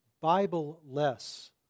Bible-less